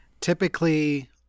Typically